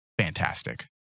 fantastic